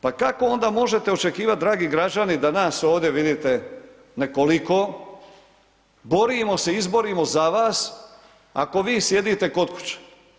Pa kako onda možete očekivati dragi građani, da nas ovdje vidite nekoliko, borimo se, izborimo za vas, ako vi sjedite kod kuće?